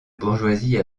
bourgeoisie